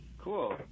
Cool